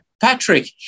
Patrick